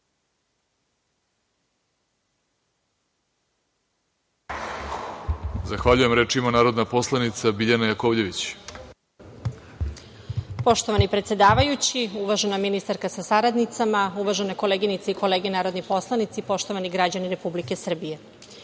Zahvaljujem. Reč ima narodna poslanica Biljana Jakovljević. **Biljana Jakovljević** Poštovani predsedavajući, uvažena ministarka sa saradnicama, uvažene koleginice i kolege narodni poslanici, poštovani građani Republike Srbije,